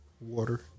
Water